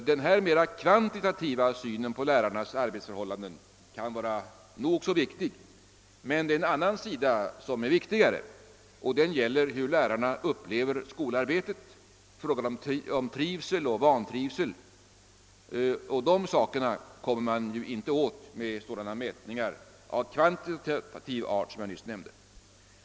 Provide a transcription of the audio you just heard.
Denna mera kvantitativa syn på lärarnas arbetsförhållanden kan vara nog så viktig, men det är en annan sida som är viktigare och den gäller hur lärarna upplever skolarbetet, nämligen frågan om trivsel och vantrivsel. Dessa saker kommer man inte åt med sådana mätningar av kvantitativ art som jag nyss nämnde.